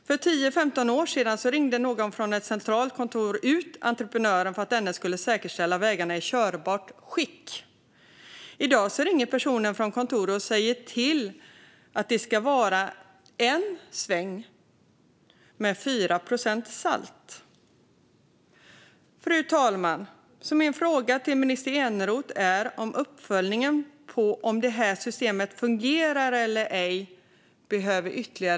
För 10-15 år sedan ringde någon från ett centralt kontor och skickade ut entreprenören för att denne skulle säkerställa att vägarna var i körbart skick. I dag ringer personen från kontoret och säger att det ska vara en sväng med 4 procent salt. Fru talman! Min fråga till minister Eneroth är om uppföljningen av huruvida systemet fungerar eller inte ytterligare behöver utvecklas.